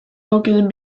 located